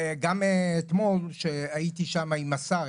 וגם אתמול כשהייתי שם עם השר,